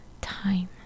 time